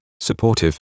supportive